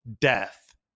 death